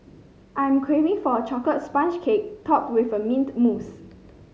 I'm craving for a chocolate sponge cake topped with a mint mousse